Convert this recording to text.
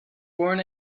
born